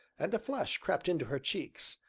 and a flush crept into her cheeks,